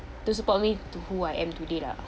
to support me to who I am today lah